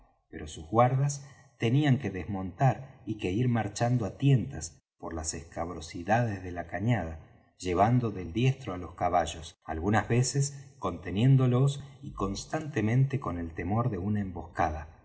pero sus guardas tenían que desmontar y que ir marchando á tientas por las escabrosidades de la cañada llevando del diestro á los caballos algunas veces conteniéndolos y constantemente con el temor de una emboscada